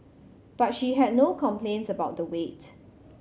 but she had no complaints about the wait